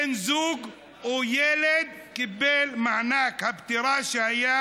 בן הזוג או הילד קיבל מענק פטירה, שהיה